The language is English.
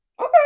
Okay